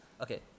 Okay